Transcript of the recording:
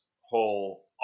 whole